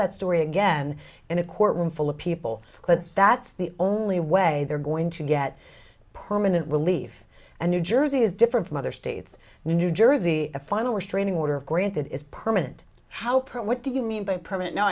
that story again in a courtroom full of people but that's the only way they're going to get permanent relief and new jersey is different from other states new jersey a final restraining order of granted is permanent how what do you mean by perm